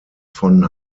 von